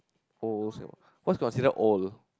old Singapore what's considered old